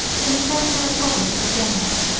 in the fertile province of yemanah,